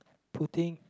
putting